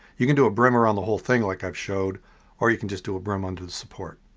you can do a brim around the whole thing like i've showed or you can just do a brim under the support.